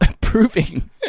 proving